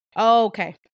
Okay